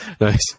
Nice